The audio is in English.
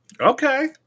Okay